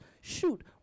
Shoot